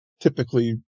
typically